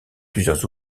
plusieurs